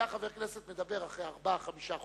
חבר כנסת היה מדבר אחרי ארבעה-חמישה חודשים.